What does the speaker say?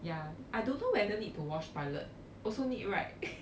ya I don't know whether need to wash toilet also need right